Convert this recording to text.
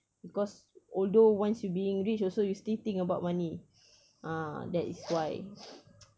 because although once you being rich you still think about money ah that is why